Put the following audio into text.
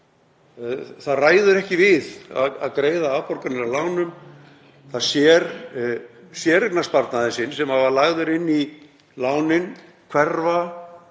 það ræður ekki við að greiða afborganir af lánum. Það sér séreignarsparnaðinn sinn sem var lagður inn í lánin hverfa